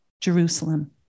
Jerusalem